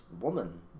woman